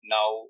now